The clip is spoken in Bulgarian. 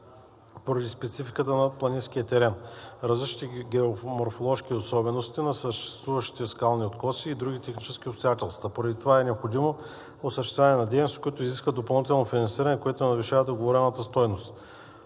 поради спецификата на планинския терен, различни геоморфоложки особености на съществуващите скални откоси и други технически обстоятелства. Поради това е необходимо осъществяване на дейности, които изискват допълнително финансиране, което надвишава договорената стойност.